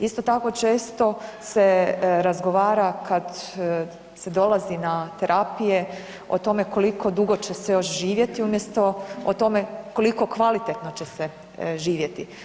Isto tako često se razgovara kad se dolazi na terapije o tome koliko dugo će se još živjeti umjesto o tome koliko kvalitetno će se živjeti.